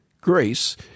Grace